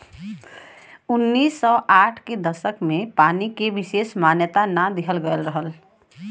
उन्नीस सौ साठ के दसक में पानी को विसेस मान्यता ना दिहल गयल रहल